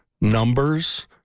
numbers